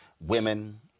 women